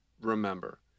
remember